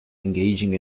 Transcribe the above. engaging